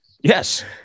yes